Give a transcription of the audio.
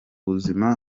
buzima